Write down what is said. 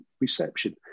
reception